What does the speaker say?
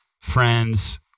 friends